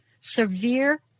severe